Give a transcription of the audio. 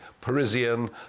Parisian